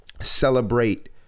celebrate